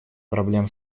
проблем